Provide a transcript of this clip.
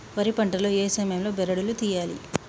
వరి పంట లో ఏ సమయం లో బెరడు లు తియ్యాలి?